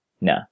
No